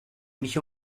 mich